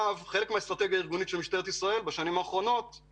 חלק מהאסטרטגיה הארגונית שלנו היא הבנה